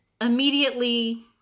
immediately